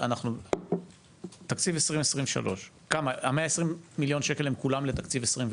אנחנו בתקציב 2023. 120 מיליון השקלים הם כולם לתקציב 2024?